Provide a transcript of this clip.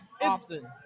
often